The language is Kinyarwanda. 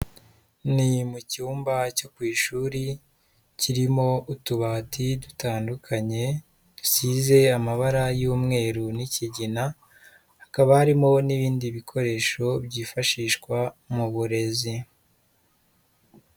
Ni mu cyumba cyo ku ishuri, kirimo utubati dutandukanye dusize amabara y'umweru n'ikigina hakaba harimo n'ibindi bikoresho byifashishwa mu burezi.